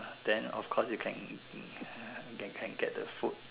then of course you can uh can get the food